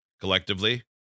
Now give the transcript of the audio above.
Collectively